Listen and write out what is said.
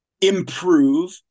improve